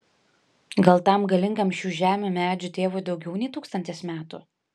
gal tam galingam šių žemių medžių tėvui daugiau nei tūkstantis metų